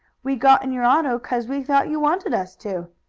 we got in your auto cause we thought you wanted us to.